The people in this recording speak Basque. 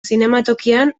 zinematokian